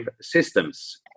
systems